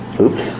Oops